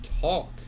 talk